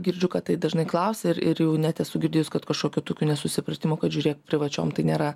girdžiu kad taip dažnai klausia ir ir net esu girdėjus kad kažkokių tokių nesusipratimų kad žiūrėk privačiom tai nėra